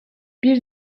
bir